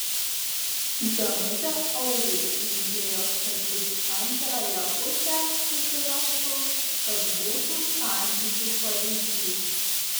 danutė auriui linkėjo kad jis antrąją pusę susirastų kad būtų santykių pavyzdys